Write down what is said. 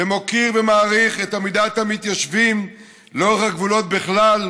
ומוקיר ומעריך את עמידת המתיישבים לאורך הגבולות בכלל,